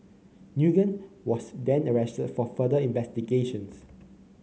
Nguyen was then arrested for further investigations